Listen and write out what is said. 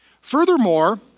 Furthermore